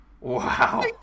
Wow